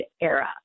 era